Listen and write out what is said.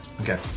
Okay